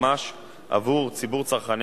לבם של צרכנים